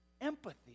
Empathy